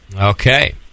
Okay